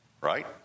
right